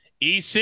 EC